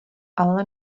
ale